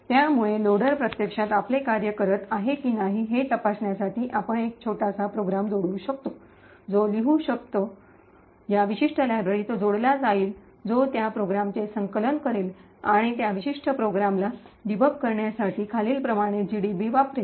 त्यामुळे लोडर प्रत्यक्षात आपले कार्य करत आहे की नाही हे तपासण्यासाठी आपण एक छोटासा प्रोग्राम जोडू शकतो जो लिहू शकतो जो या विशिष्ट लायब्ररीत जोडला जाईल जो त्या प्रोग्रामचे संकलन करेल आणि त्या विशिष्ट प्रोग्रामला डीबग करण्यासाठी खालीलप्रमाणे जीडीबी वापरेल